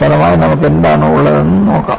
ഫലമായി നമുക്ക് എന്താണുള്ളതെന്ന് നോക്കാം